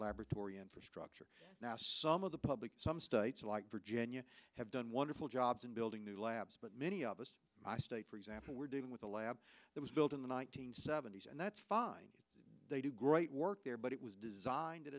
laboratory infrastructure some of the public some states like virginia have done wonderful jobs in building new labs but many of us i state for example we're dealing with a lab that was built in the one nine hundred seventy s and that's fine they do great work there but it was designed at